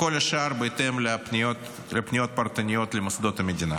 וכל השאר, בהתאם לפניות פרטניות למוסדות המדינה.